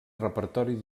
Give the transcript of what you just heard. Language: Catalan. repertori